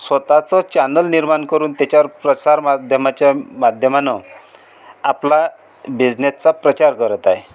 स्वतःचं चॅनल निर्माण करून त्याच्यावर प्रसारमाध्यमाच्या माध्यमानं आपला बिझनेसचा प्रचार करत आहे